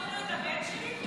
לא מינו את הבן שלי?